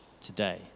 today